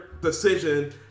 decision